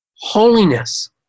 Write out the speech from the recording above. holiness